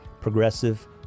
Progressive